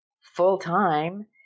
full-time